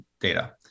data